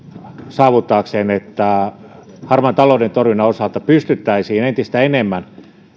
saavuttaakseen että harmaan talouden torjunnan osalta pystyttäisiin entistä enemmän